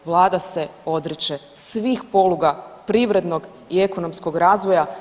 Vlada se odriče svih poluga privrednog i ekonomskog razvoja.